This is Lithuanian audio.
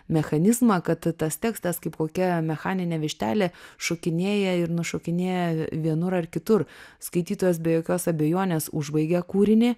mechanizmą kad tas tekstas kaip kokia mechaninė vištelė šokinėja ir nušokinėja vienur ar kitur skaitytojas be jokios abejonės užbaigia kūrinį